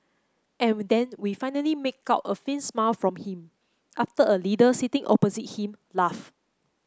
and we then we finally make out a faint smile from him after a leader sitting opposite him laugh